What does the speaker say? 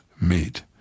Meet—